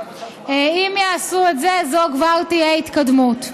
אם יעשו את זה זו כבר תהיה התקדמות.